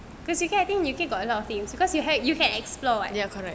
because U_K I think U_K got a lot of things because you can you can explore [what]